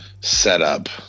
setup